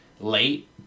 late